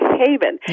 haven